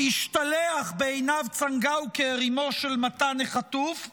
שהשתלח בעינב צנגאוקר, אימו של מתן החטוף,